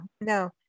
no